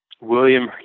William